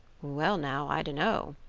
well now, i dunno,